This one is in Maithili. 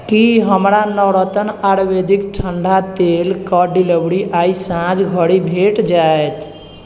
की हमरा नवरत्न आयुर्वेदिक ठंडा तेल कऽ डिलीवरी आइ साँझ धरि भेट जाएत